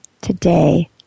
today